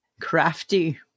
Crafty